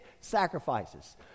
sacrifices